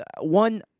one